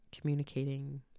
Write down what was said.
communicating